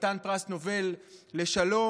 חתן פרס נובל לשלום,